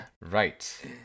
Right